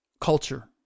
culture